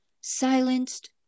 silenced